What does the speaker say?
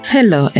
Hello